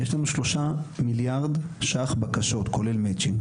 יש לנו שלושה מיליארד ₪ בקשות, כולל מצ'ינג.